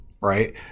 right